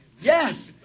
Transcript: Yes